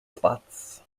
spots